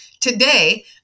Today